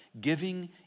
Giving